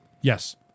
yes